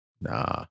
Nah